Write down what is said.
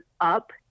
up